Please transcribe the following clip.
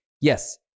Yes